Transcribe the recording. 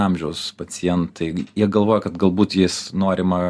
amžiaus pacientai jie galvoja kad galbūt jis norima